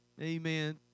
Amen